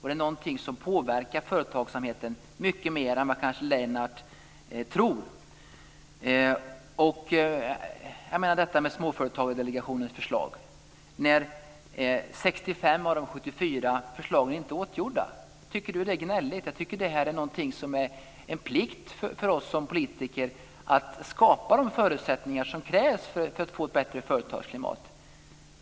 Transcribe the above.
Det är någonting som påverkar företagsamheten mycket mera än vad kanske Lennart Beijer tror. Ta detta med Småföretagsdelegationens förslag - 65 av de 74 förslagen är inte åtgärdade. Tycker Lennart Beijer att det gnälligt? Jag tycker att det är en plikt för oss som politiker att skapa de förutsättningar som krävs för att få ett bättre företagsklimat.